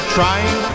trying